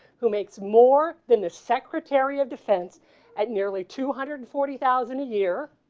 who makes more than the secretary of defense at nearly two hundred and forty thousand, a year,